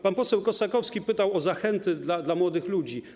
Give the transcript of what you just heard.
Pan poseł Kossakowski pytał o zachęty dla młodych ludzi.